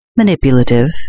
manipulative